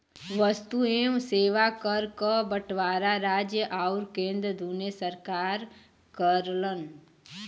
वस्तु एवं सेवा कर क बंटवारा राज्य आउर केंद्र दूने सरकार करलन